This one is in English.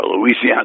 Louisiana